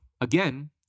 again